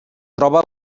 troba